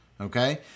Okay